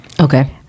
okay